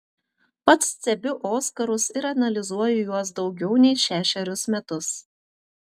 pats stebiu oskarus ir analizuoju juos daugiau nei šešerius metus